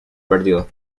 perdido